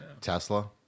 Tesla